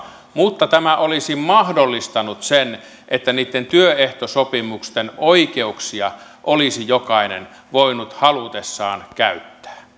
mutta tämä olisi mahdollistanut sen että niitten työehtosopimusten oikeuksia olisi jokainen voinut halutessaan käyttää